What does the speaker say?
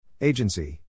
Agency